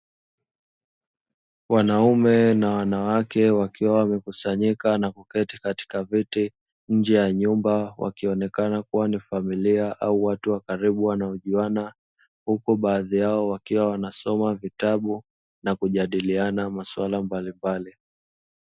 Wanaume na wanawake wakiwa wamekusanyika na kuketi katika viti nje ya nyumba wakionekana kuwa ni familia au watu wa katibu wanaojuana, huku baadhi yao wakiwa wanasoma vitabu na kujadiliana maswala mbalimbali.